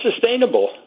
sustainable